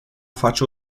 face